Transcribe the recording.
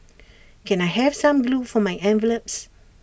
can I have some glue for my envelopes